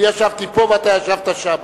אני ישבתי פה ואתה ישבת שמה,